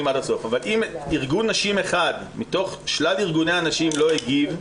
עד הסוף אבל אם ארגון נשים אחד מתוך שלל ארגוני הנשים הגיב,